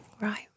Right